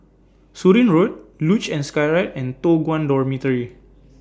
Surin Road Luge and Skyride and Toh Guan Dormitory